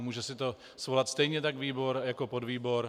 Může si to svolat stejně tak výbor jako podvýbor.